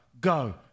go